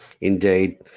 Indeed